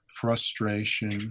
frustration